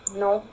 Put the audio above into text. no